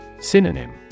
Synonym